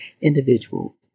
individual